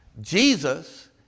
Jesus